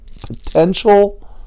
potential